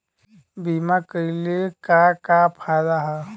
बीमा कइले का का फायदा ह?